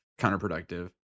counterproductive